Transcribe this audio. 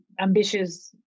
ambitious